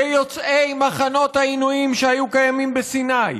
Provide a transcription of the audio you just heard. ליוצאי מחנות העינויים שהיו קיימים בסיני,